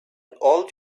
all